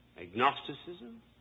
agnosticism